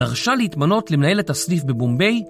דרשה להתמנות למנהלת הסניף בבומבי